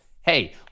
hey